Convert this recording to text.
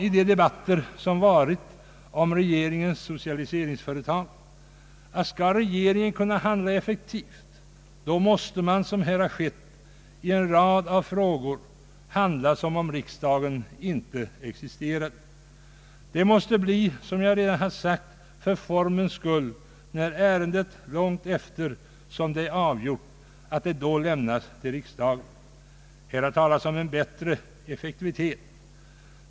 I de debatter som ägt rum om regeringens socialiseringsföretag har det sagts att om regeringen skall kunna handla effektivt måste man, som skett i en rad frågor, handla som om riksdagen inte existerade. Det måste som jag redan har sagt bli för formens skull, när ärendet lämnas till riksdagen långt efter att det avgjorts. Här har talats om en bättre effektivitet.